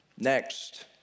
Next